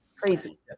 Crazy